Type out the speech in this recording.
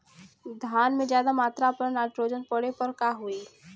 धान में ज्यादा मात्रा पर नाइट्रोजन पड़े पर का होई?